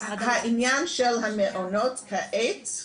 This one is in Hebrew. העניין של המעונות כעת,